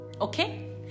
Okay